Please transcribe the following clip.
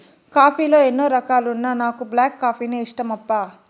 coffee లో ఎన్నో రకాలున్నా నాకు బ్లాక్ కాఫీనే ఇష్టమప్పా